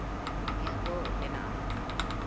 ᱱᱤᱭᱟᱹ ᱠᱚ ᱵᱮᱱᱟᱜᱼᱟ